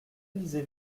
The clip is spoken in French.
lisez